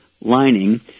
lining